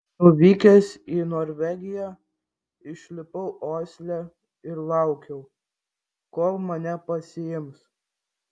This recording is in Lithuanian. nuvykęs į norvegiją išlipau osle ir laukiau kol mane pasiims